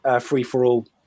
free-for-all